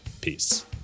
Peace